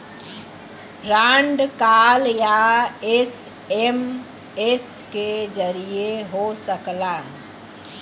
fraud call या SMS के जरिये हो सकला